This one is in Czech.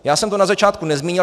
Já jsem to na začátku nezmínil.